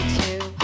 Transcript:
two